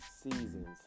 seasons